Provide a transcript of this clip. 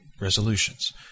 resolutions